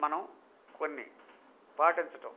మనం కొన్ని పాటించటం